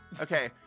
Okay